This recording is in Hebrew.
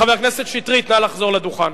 חבר הכנסת שטרית, נא לחזור לדוכן.